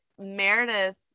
Meredith